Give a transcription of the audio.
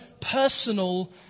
personal